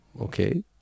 Okay